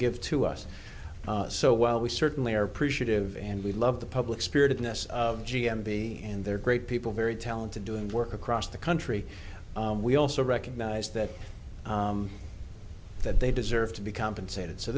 give to us so while we certainly are appreciative and we love the public spiritedness of g m t and they're great people very talented doing work across the country we also recognize that that they deserve to be compensated so